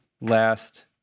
last